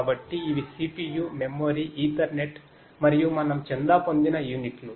కాబట్టి ఇవి CPU memory ethernet మరియు మనం చందా పొందిన యూనిట్లు